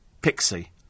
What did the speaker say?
Pixie